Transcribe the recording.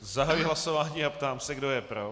Zahajuji hlasování a ptám se, kdo je pro.